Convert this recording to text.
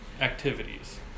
activities